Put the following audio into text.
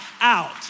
out